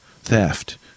theft